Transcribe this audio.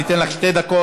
אני אתן לך שתי דקות.